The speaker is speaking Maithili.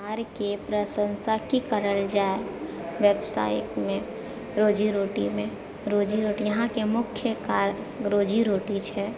बिहारके प्रशंसा की करल जाइ व्यवसायमे रोजी रोटीमे रोजी रोटी यहाँके मुख्य कार्य रोजी रोटी छै